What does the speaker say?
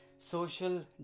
Social